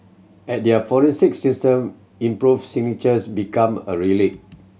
as their forensic system improved signatures become a relic